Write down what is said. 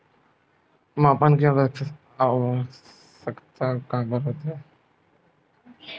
मापन के आवश्कता काबर होथे?